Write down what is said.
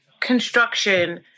construction